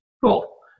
Cool